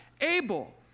Abel